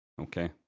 okay